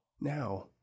Now